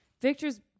Victor's